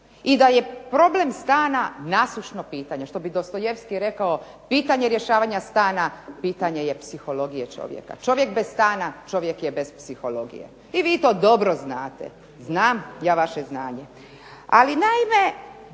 i da je problem stana nasušno pitanje, što bi Dostojevski rekao, pitanje rješavanje stana pitanje je psihologije čovjeka, čovjek bez stana čovjek je bez psihologije. Vi to dobro znate, znam ja vaše znanje. Ali naime,